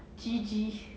G_G